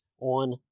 on